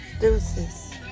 Deuces